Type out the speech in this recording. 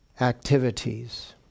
activities